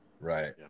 Right